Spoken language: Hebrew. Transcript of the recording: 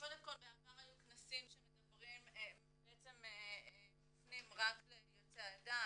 קודם כל בעבר היו כנסים שמופנים רק ליוצאי העדה,